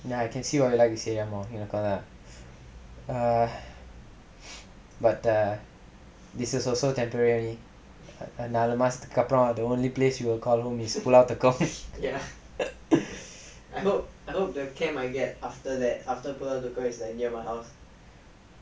ya I can see why you like to stay here more cause err but err this is also temporary நாலு மாசத்துக்கு அப்பறம்:naalu maasathukku apparam the only place you will call home is pulau tekong